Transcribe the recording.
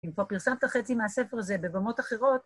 כי כבר פרסמת חצי מהספר הזה ‫בבמות אחרות.